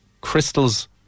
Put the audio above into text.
crystals